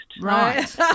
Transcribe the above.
Right